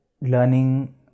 learning